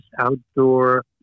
outdoor